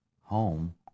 home